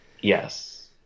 Yes